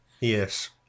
Yes